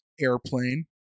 Airplane